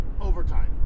overtime